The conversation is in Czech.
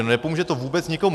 Nepomůže to vůbec nikomu!